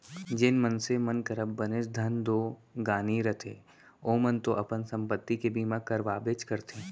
जेन मनसे मन करा बनेच धन दो गानी रथे ओमन तो अपन संपत्ति के बीमा करवाबेच करथे